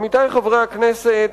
עמיתי חברי הכנסת,